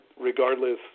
regardless